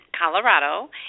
Colorado